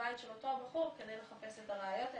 בבית של אותו בחור כדי למצוא את הראיות האלה,